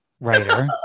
writer